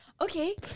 Okay